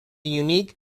unique